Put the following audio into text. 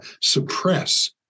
suppress